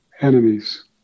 enemies